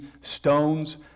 stones